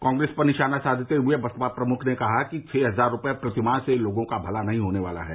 कांग्रेस पर निशाना साधते हुए बसपा प्रमुख ने कहा कि छह हजार रूपये प्रतिमाह से लोगों का भला नहीं होने वाला है